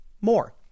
more